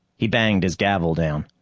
he banged his gavel down.